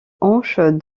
hanche